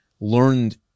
learned